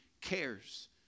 cares